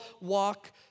walk